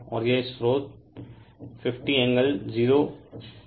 और यह स्रोत 50 0 वोल्ट है